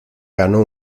ganó